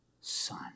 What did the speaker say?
son